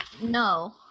no